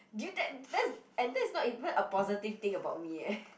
dude that that's and that's not even a positive thing about me eh